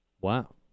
Wow